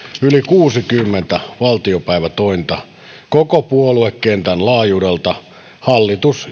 yli kuusikymmentä valtiopäivätointa koko puoluekentän laajuudelta hallitus